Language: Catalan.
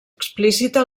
explícita